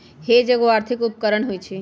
hedge एगो आर्थिक उपकरण होइ छइ